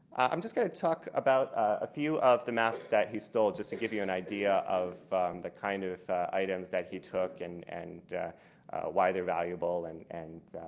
i'm just going to talk about a few of the maps that he stole just to give you an idea of the kind of items that he took and and why they're valuable and and